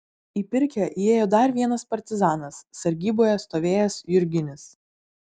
į pirkią įėjo dar vienas partizanas sargyboje stovėjęs jurginis